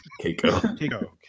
Keiko